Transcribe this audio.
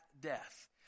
death